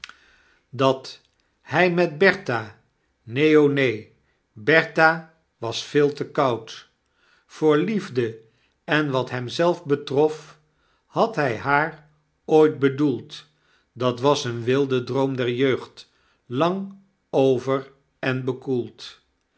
dat hij met bertha s neen o neen bertha was veel te koud voor liefde en wat hem zelf betrof fl had hij haar ooit bedoeld dat was een wilde droom der jeugd lang over en bekoeld